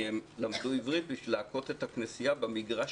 כי הם למדו עברית בשביל לעשות את הכנסייה שלהם במגרש